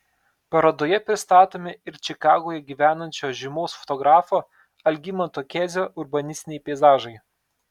parodoje pristatomi ir čikagoje gyvenančio žymaus fotografo algimanto kezio urbanistiniai peizažai